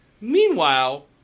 Meanwhile